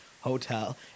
Hotel